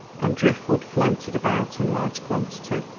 and drift wood floated about in large quantity.